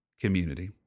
community